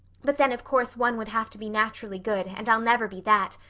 but then of course one would have to be naturally good and i'll never be that,